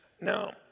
Now